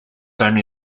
only